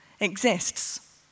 exists